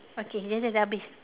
okay yes yes habis